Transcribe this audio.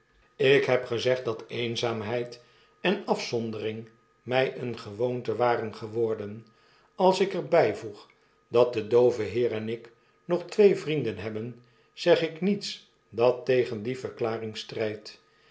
ik heb gezegd dat eenzaamheid en afzondering my een gewoonte waren geworden als ik er byvoeg dat de doove heer en ik nog twee vrienden hebben zeg ik niets dat tegen die verklaring strjjdt